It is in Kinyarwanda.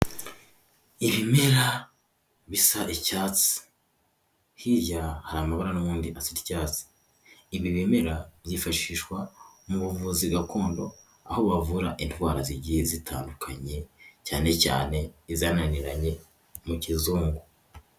Ibimera bisa icyatsi, hirya hari amabara n'ubundi asa icyatsi. Ibi bimera byifashishwa mu buvuzi gakondo, aho bavura indwara zigiye zitandukanye cyane cyane izanananiranye mu kizungu.